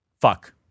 Fuck